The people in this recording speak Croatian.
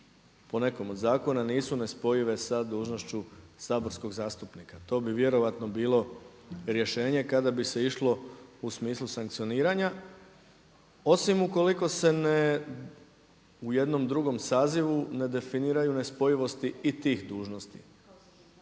po nekom od zakona nisu nespojive sa dužnošću saborskog zastupnika. To bi vjerojatno bilo rješenje kada bi se išlo u smislu sankcioniranja. Osim ukoliko se u jednom drugom sazivu ne definiraju nespojivosti i tih dužnosti,